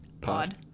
Pod